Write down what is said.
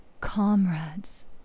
Comrades